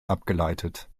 abgeleitet